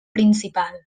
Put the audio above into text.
principal